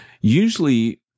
usually